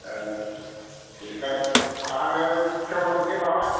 जेखाय आङो खेवालि जे लाबाय